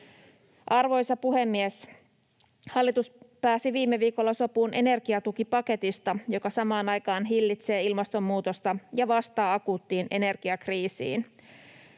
Arvoisa puhemies! Hallitus pääsi viime viikolla sopuun energiatukipaketista, joka samaan aikaan hillitsee ilmastonmuutosta ja vastaa akuuttiin energiakriisiin.